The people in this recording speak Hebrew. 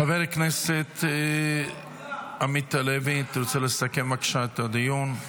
חבר הכנסת עמית הלוי, תרצה לסכם בבקשה את הדיון?